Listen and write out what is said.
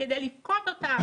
כדי לפקוד אותם.